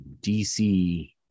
DC